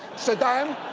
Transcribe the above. saddam,